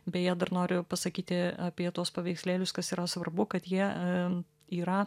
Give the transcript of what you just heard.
beje dar noriu pasakyti apie tuos paveikslėlius kas yra svarbu kad jie yra